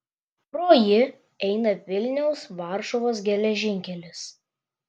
pro jį eina vilniaus varšuvos geležinkelis